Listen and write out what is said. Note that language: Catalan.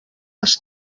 els